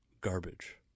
Garbage